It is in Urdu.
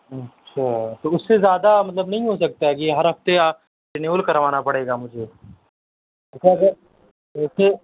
اچھا تو اس زیادہ مطلب نہیں ہو سکتا کہ ہر ہفتے آپ رینیول کروانا پڑے گا مجھے اچھا سر ویسے